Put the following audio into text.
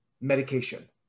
medication